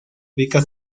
ubica